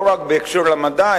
לא רק בהקשר של המדע,